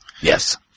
Yes